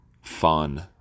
fun